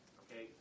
okay